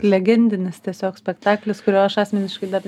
legendinis tiesiog spektaklis kurio aš asmeniškai dar